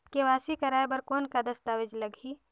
KYC कराय बर कौन का दस्तावेज लगही?